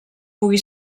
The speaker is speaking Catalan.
pugui